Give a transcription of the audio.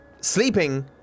sleeping